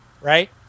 Right